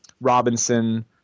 robinson